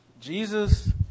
Jesus